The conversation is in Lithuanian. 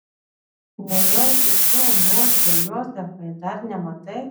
nejaugi tu murziau jozefai dar nematai